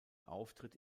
auftritt